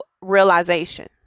realization